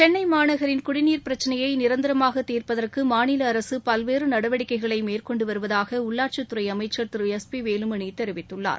சென்னை மாநகரின் குடிநீர் பிரச்சினையை நிரந்தரமாக தீர்ப்பதற்கு மாநில அரசு பல்வேறு நடவடிக்கைகளை மேற்கொன்டு வருவதாக உள்ளாட்சித் துறை அமச்சர் திரு எஸ் பி வேலுமணி தெரிவித்துள்ளார்